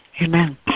Amen